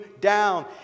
down